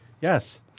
Yes